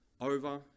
over